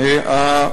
לסלף.